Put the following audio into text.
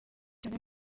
cyane